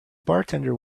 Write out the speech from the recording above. bartender